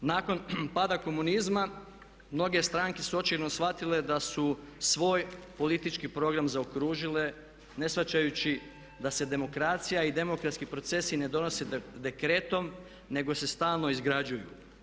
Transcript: Nakon pada komunizma mnoge stranke su očigledno shvatile da su svoj politički program zaokružile ne shvaćajući da se demokracija i demokratski procesi ne donose dekretom nego se stalno izgrađuju.